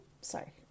sorry